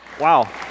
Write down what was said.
Wow